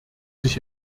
sich